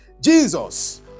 Jesus